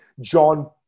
John